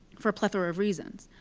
for a plethora of reasons.